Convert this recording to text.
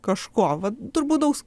kažko vat turbūt daug